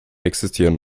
existieren